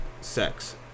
sex